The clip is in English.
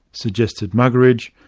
suggested muggeridge,